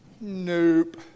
Nope